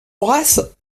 horace